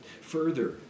Further